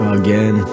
again